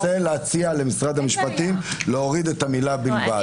הוא רק מנסה להציע למשרד המשפטים להוריד את המילה "בלבד".